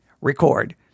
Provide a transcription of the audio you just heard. Record